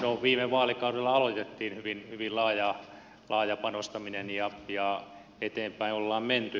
no viime vaalikaudella aloitettiin hyvin laaja panostaminen ja eteenpäin ollaan menty